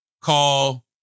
call